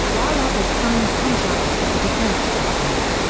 while others signed contracts with the defense department.